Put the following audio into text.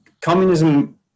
Communism